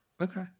Okay